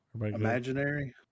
imaginary